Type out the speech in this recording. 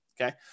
okay